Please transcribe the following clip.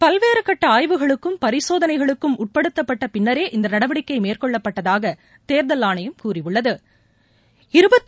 பல்வேறுகட்டஆய்வுகளுக்கும் பரிசோதனைகளுக்கும் உட்படுத்தப்பட்டபின்னரே இந்தநடவடிக்கைமேற்கொள்ளப்பட்டதாகதேர்தல் ஆணையம் கூறியுள்ளது